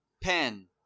Pen